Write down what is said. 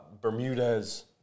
Bermudez